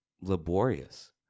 laborious